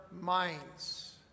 minds